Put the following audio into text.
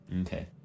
okay